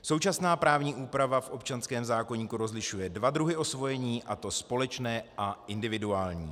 Současná právní úprava v občanském zákoníku rozlišuje dva druhy osvojení, a to společné a individuální.